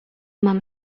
mam